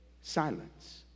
Silence